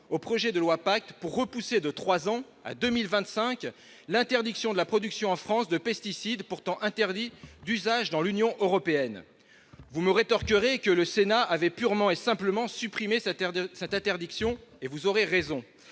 au projet de loi Pacte pour repousser de trois ans, à 2025, l'interdiction de la production en France de pesticides, pourtant interdits d'usage dans l'Union européenne. Vous me rétorquerez que le Sénat avait purement et simplement supprimé cette interdiction, et vous aurez raison.